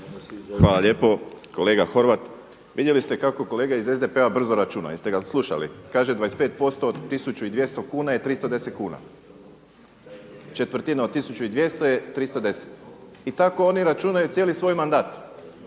Hvala lijepo. Kolega Horvat, vidjeli ste kako kolega iz SDP-a brzo računa jeste ga slušali, kaže 25% od 1200 kuna je 310 kuna, četvrtina od 1200 je 310 i tako oni računaju cijeli svoj mandat.